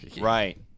Right